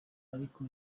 ariko